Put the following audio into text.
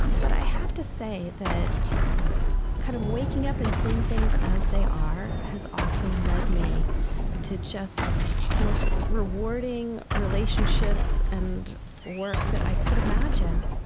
but i have to say that kind of waking up and seeing things as they are has also led me to just the most rewarding relationships and work that i could imagine.